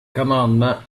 commandement